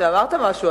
אמרת משהו,